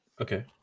Okay